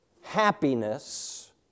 happiness